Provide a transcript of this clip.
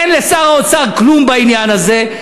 אין לשר האוצר כלום בעניין הזה,